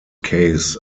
case